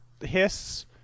hiss